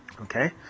okay